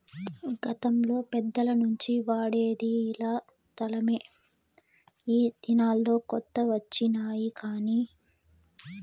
గతంలో పెద్దల నుంచి వాడేది ఇలా తలమే ఈ దినాల్లో కొత్త వచ్చినాయి కానీ